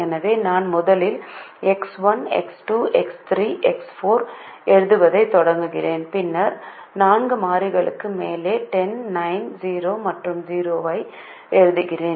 எனவே நான் முதலில் எக்ஸ் 1 எக்ஸ் 2 எக்ஸ் 3 எக்ஸ் 4 எழுதுவதைத் தொடங்குகிறேன் பின்னர் நான்கு மாறிகளுக்கு மேலே 10 9 0 மற்றும் 0 ஐ எழுதுகிறேன்